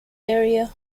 area